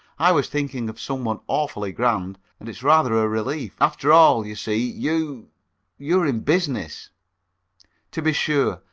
i was thinking of someone awfully grand, and it's rather a relief. after all, you see, you you are in business to be sure.